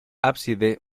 ábside